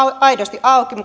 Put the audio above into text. aidosti auki